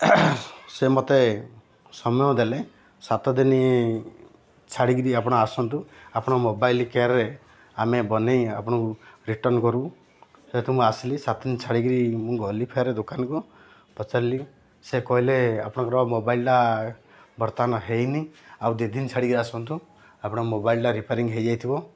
ସେ ମତେ ସମୟ ଦେଲେ ସାତ ଦିନି ଛାଡ଼ିକିରି ଆପଣ ଆସନ୍ତୁ ଆପଣ ମୋବାଇଲ କେୟାରରେ ଆମେ ବନେଇ ଆପଣଙ୍କୁ ରିଟର୍ଣ୍ଣ କରିବୁ ସେହେତୁ ମୁଁ ଆସିଲି ସାତ ଦିନ ଛାଡ଼ିକିରି ମୁଁ ଗଲି ଫେର ଦୋକାନକୁ ପଚାରିଲି ସେ କହିଲେ ଆପଣଙ୍କର ମୋବାଇଲଟା ବର୍ତ୍ତମାନ ହେଇନି ଆଉ ଦି ଦିନ ଛାଡ଼ିକିରି ଆସନ୍ତୁ ଆପଣ ମୋବାଇଲଟା ରିପ୍ୟାରିଂ ହେଇଯାଇଥିବ